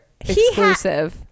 exclusive